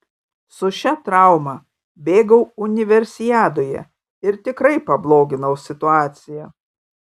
su šia trauma bėgau universiadoje ir tikrai pabloginau situaciją